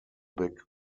big